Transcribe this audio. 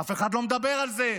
אף אחד לא מדבר על זה.